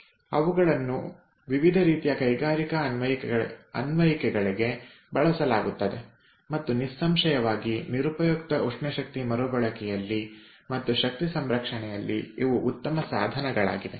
ಅವುಗಳನ್ನು ವಿವಿಧ ರೀತಿಯ ಕೈಗಾರಿಕಾ ಅನ್ವಯಿಕೆಗಳಿಗೆ ಬಳಸಲಾಗುತ್ತದೆ ಮತ್ತು ನಿಸ್ಸಂಶಯವಾಗಿ ನಿರುಪಯುಕ್ತ ಉಷ್ಣಶಕ್ತಿ ಮರುಬಳಕೆಯಲ್ಲಿ ಮತ್ತು ಶಕ್ತಿ ಸಂರಕ್ಷಣೆಯಲ್ಲಿ ಇವು ಉತ್ತಮ ಸಾಧನಗಳಾಗಿವೆ